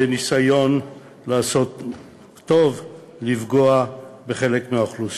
בניסיון לעשות טוב, לפגוע בחלק מהאוכלוסייה,